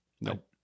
Nope